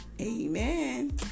Amen